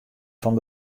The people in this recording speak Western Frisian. fan